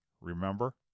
remember